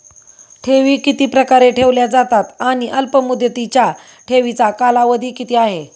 ठेवी किती प्रकारे ठेवल्या जातात आणि अल्पमुदतीच्या ठेवीचा कालावधी किती आहे?